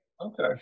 Okay